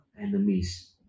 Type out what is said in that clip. enemies